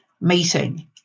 meeting